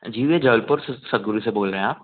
जी मैं जबलपुर सतगुरु से बोल रहे हैं आप